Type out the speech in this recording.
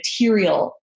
material